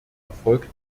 erfolgte